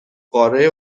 قاره